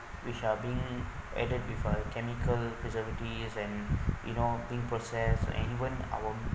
which are being added with a chemical preservative and you know bring process and even our